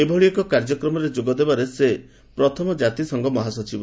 ଏଭଳି ଏକ କାର୍ଯ୍ୟକ୍ରମରେ ଯୋଗ ଦେବାରେ ସେ ପ୍ରଥମ କାତିସଂଘ ମହାସଚିବ